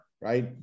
right